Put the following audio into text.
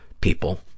people